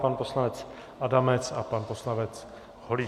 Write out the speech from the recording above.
Pan poslanec Adamec a pan poslanec Holík.